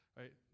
right